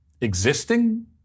Existing